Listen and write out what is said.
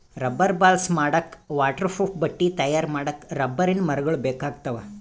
rubber balls ಮಾಡಕ್ಕಾ waterproof ಬಟ್ಟಿ ತಯಾರ್ ಮಾಡಕ್ಕ್ ರಬ್ಬರಿನ್ ಮರಗೊಳ್ ಬೇಕಾಗ್ತಾವ